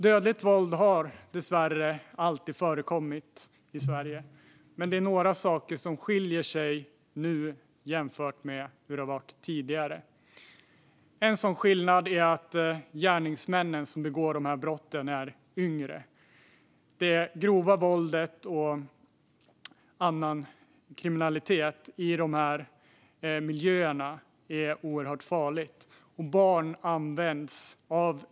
Dödligt våld har dessvärre alltid förekommit i Sverige, men några saker som sker nu skiljer sig från hur det var tidigare. En sådan skillnad är att de gärningsmän som begår dessa brott är yngre. Det grova våldet och annan kriminalitet i de här miljöerna är oerhört farligt.